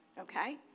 okay